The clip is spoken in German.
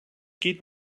geht